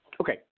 Okay